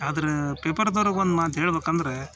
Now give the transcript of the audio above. ಅದರ ಪೇಪರ್ದೋರಿಗೆ ಒಂದು ಮಾತು ಹೇಳ್ಬೇಕಂದ್ರೆ